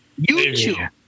YouTube